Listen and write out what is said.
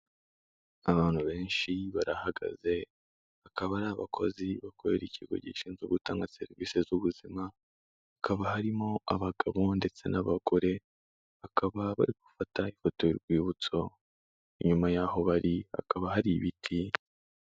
Abantu benshi barahagaze, bakaba ari abakozi bakorera ikigo gishinzwe gutanga serivisi z'ubuzima, hakaba harimo abagabo ndetse n'abagore, bakaba bari gufata ifoto y'urwibutso, inyuma y'aho bari hakaba hari ibiti.